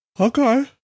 Okay